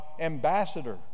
ambassador